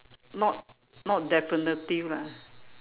not not definitive lah